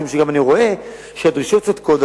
משום שאני גם רואה שהדרישות צודקות,